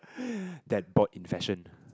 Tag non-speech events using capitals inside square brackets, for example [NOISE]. [NOISE] that board in fashion